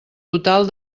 total